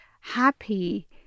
happy